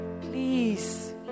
Please